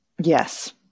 Yes